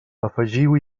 afegiu